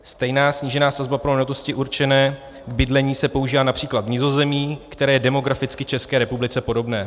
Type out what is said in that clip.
Stejná snížená sazba pro nemovitosti určené k bydlení se používá například v Nizozemí, které je demograficky České republice podobné.